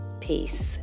Peace